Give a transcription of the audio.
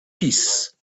peace